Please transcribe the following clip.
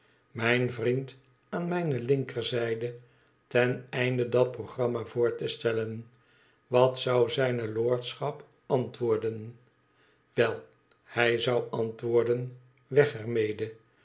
mijn vriend aan mijne linkerzijde ten einde dat programma voor te stellen wat zou zijne lordschap antwoorden wel hij zou antwoorden tweg er mede